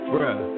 Bruh